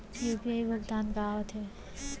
UPI भुगतान का होथे?